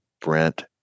Brent